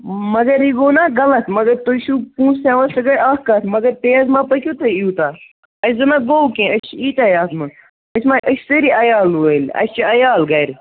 مگر یہِ گوٚو نَہ غلط مگر تُہۍ چھُو پونٛسہٕ ہٮ۪وان سۄ گٔے اَکھ کَتھ مگر تیز مَہ پٔکِو تُہۍ یوٗتاہ اَسہِ زَن ہَہ گوٚو کیٚنٛہہ أسۍ چھِ ییٖتیٛاہ یَتھ منٛز أسۍ مہ أسۍ چھِ سٲری عیال وٲلۍ اَسہِ چھِ عیال گَرِ